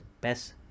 best